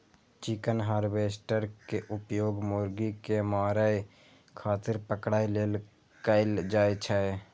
chicken harvester के उपयोग मुर्गी कें मारै खातिर पकड़ै लेल कैल जाइ छै